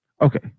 Okay